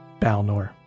Balnor